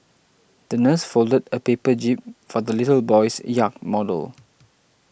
the nurse folded a paper jib for the little boy's yacht model